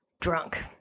drunk